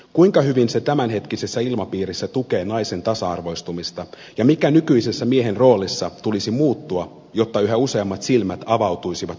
kuinka hyvin se tämänhetkisessä ilmapiirissä tukee naisen tasa arvoistumista ja minkä nykyisessä miehen roolissa tulisi muuttua jotta yhä useammat silmät avautuisivat ymmärtämään